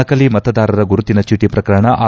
ನಕಲಿ ಮತದಾರರ ಗುರುತಿನ ಚೀಟ ಪ್ರಕರಣ ಆರ್